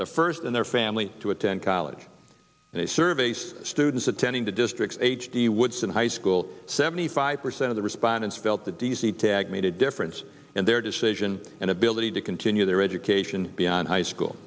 the first in their family to attend college and a survey says students attending the district's h d woodson high school seventy five percent of the respondents felt the d c tag made a difference in their decision and ability to continue their education beyond high school